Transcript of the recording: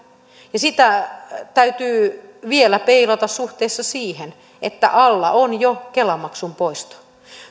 ja sitä täytyy vielä peilata suhteessa siihen että alla on jo kela maksun poisto